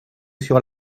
sur